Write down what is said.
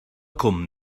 cwm